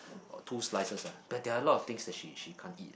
oh two slices ah but there are a lot of things that she she can't eat